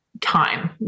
time